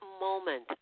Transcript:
moment